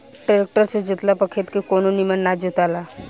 tractor से जोतला पर खेत के कोना निमन ना जोताला